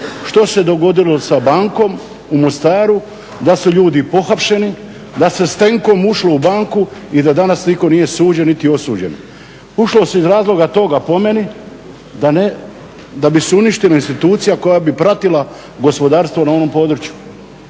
što se dogodilo sa bankom u Mostaru, da su ljudi pohapšeni, da se s tenkom ušlo u banku i da danas nitko nije suđen niti osuđen. Ušlo se iz razloga toga po meni da bi se uništila institucija koja bi pratila gospodarstvo na onom području